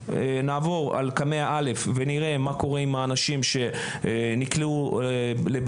נעבור על קמ"ע א' ונראה מה קורה עם האנשים שנקלעו לבעיות,